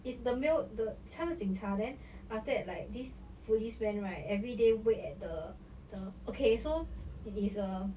is the male the 他是警察 then after that like this police man right everyday wait at the the okay so it is a